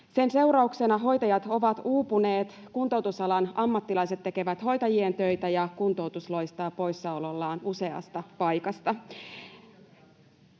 Sen seurauksena hoitajat ovat uupuneet, kuntoutusalan ammattilaiset tekevät hoitajien töitä ja kuntoutus loistaa poissaolollaan useasta paikasta.